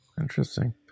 Interesting